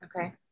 Okay